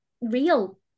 real